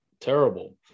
terrible